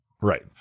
right